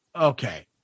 okay